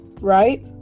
right